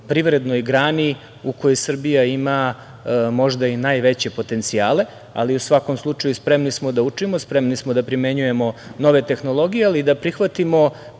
privrednoj grani u kojoj Srbija ima možda i najveće potencijale, ali u svakom slučaju spremni smo da učimo, spremni smo da primenjujemo nove tehnologije, ali i da prihvatimo